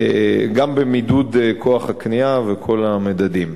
גם במידוד כוח הקנייה ובכל המדדים.